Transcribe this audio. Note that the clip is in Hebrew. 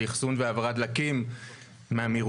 לאחסון והעברת דלקים מהאמירויות,